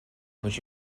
would